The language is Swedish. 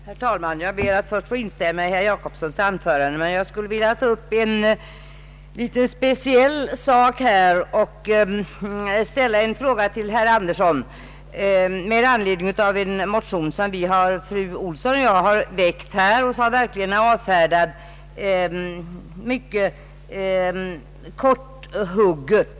Herr talman! Jag ber att få instämma i herr Per Jacobssons anförande. Jag vill sedan ta upp en litet speciell sak och ställa en fråga till herr Birger Andersson med anledning av en motion, som fru Elvy Olsson och jag har väckt och som utskottet har avfärdat mycket korthugget.